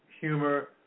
humor